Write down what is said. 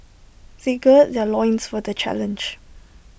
they gird their loins for the challenge